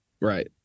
right